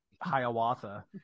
Hiawatha